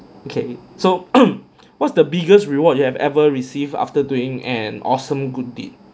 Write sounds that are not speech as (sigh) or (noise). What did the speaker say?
okay so (coughs) what's the biggest reward you have ever received after doing an awesome good deed